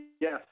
yes